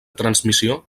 transmissió